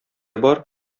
бар